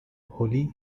holy